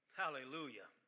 hallelujah